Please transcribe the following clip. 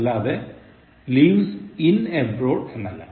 അല്ലാതെ lives in abroad എന്നല്ല